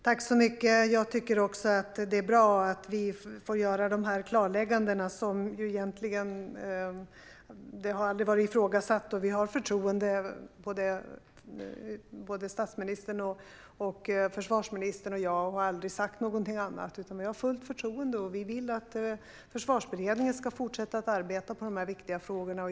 Fru talman! Jag tycker också att det är bra att vi får göra de här klarläggandena. Det här har egentligen aldrig varit ifrågasatt, och såväl statsministern som försvarsministern och jag har förtroende för Försvarsberedningens arbete, och vi har aldrig sagt något annat. Vi har fullt förtroende, och vi vill att Försvarsberedningen ska fortsätta att arbeta med dessa viktiga frågor.